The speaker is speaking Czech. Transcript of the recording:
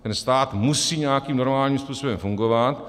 Ten stát musí nějakým normálním způsobem fungovat.